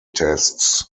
tests